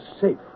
safe